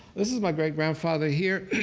this is my great-grandfather here,